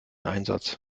einsatz